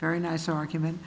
very nice argument